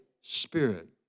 Spirit